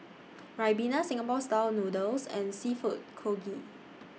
Ribena Singapore Style Noodles and Seafood Congee